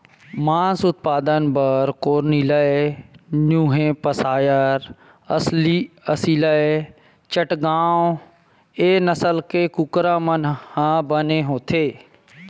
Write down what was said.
मांस उत्पादन बर कोरनिलए न्यूहेपसायर, असीलए चटगाँव ए नसल के कुकरा मन ह बने होथे